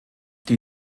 die